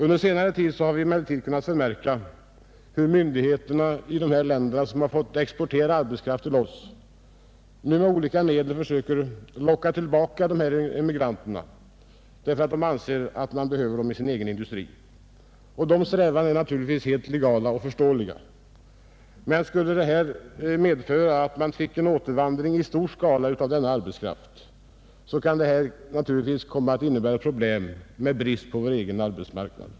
Under senare tid har vi dock kunnat förmärka att myndigheterna i de länder, som fått exportera arbetskraft till oss, nu med olika medel försöker locka tillbaka emigranterna därför att man anser sig behöva dem i sin egen industri. Dessa strävanden är naturligtvis helt förståeliga och legala, men om de skulle medföra en återvandring i stor skala av denna arbetskraft, kan det komma att förorsaka bristproblem på vår egen arbetsmarknad.